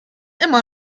immer